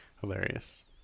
hilarious